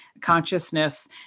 consciousness